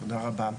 תודה רבה.